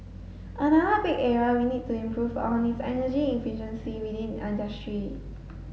another big area we need to improve on is energy efficiency within industry